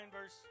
verse